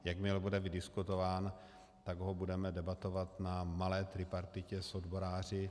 Jakmile bude vydiskutován, budeme ho debatovat na malé tripartitě s odboráři.